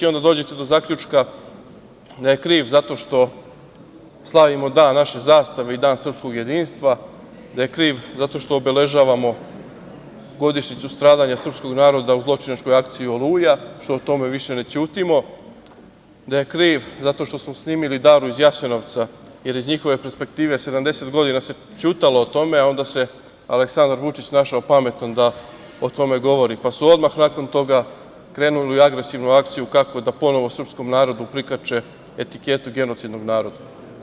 Onda dođete do zaključka da je kriv zato što slavimo dan naše zastave i dan srpskog jedinstva, da je kriv zato što obeležavamo godišnjicu stradanja srpskog naroda u zločinačkoj akciji "Oluja", što o tome više ne ćutimo, da je kriv zato što smo snimili "Daru iz Jasenovca", jer iz njihove perspektive 70 godina se ćutalo o tome, a onda se Aleksandar Vučić našao pametan da o tome govori, pa su odmah nakon toga krenuli u agresivnu akciju kako da ponovo srpskom narodu prikače etiketu genocidnog naroda.